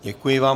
Děkuji vám.